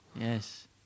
Yes